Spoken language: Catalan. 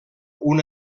una